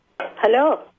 Hello